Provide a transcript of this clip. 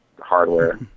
hardware